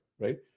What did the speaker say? right